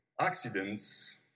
accidents